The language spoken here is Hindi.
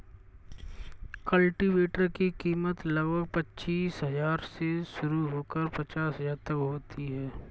कल्टीवेटर की कीमत लगभग पचीस हजार से शुरू होकर पचास हजार तक होती है